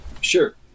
Sure